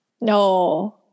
No